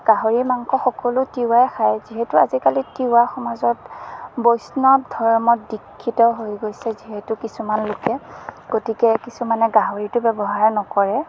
গাহৰি মাংস সকলো তিৱাই খাই যিহেতু আজিকালি তিৱা সমাজত বৈষ্ণৱ ধৰ্মত দিক্ষিত হৈ গৈছে যিহেতু কিছুমান লোকে গতিকে কিছুমানে গাহৰিটো ব্যৱহাৰ নকৰে